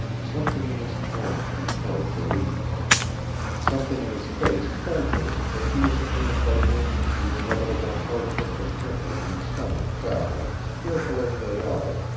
something in his tone compelled belief something in his face told her that he was a man by whom the inevitable hardships of winter and summer travel, fearful as they are,